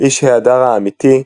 ”איש ההדר האמתי,